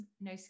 no